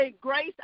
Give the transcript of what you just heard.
grace